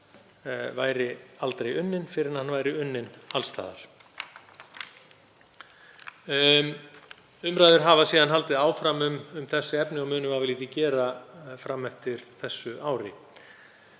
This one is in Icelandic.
faraldurinn væri aldrei unninn fyrr en hann væri unninn alls staðar. Umræður hafa síðan haldið áfram um þessi efni og munu vafalítið gera fram eftir þessu ári.